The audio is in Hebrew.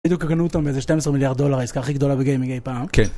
בדיוק הם קנו אותם באיזה 12 מיליארד דולר, העסקה הכי גדולה בגיימינג אי פעם.